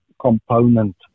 component